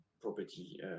property